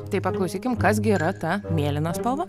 tai paklausykim kas gi yra ta mėlyna spalva